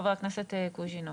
חבר הכנסת קוז'ינוב,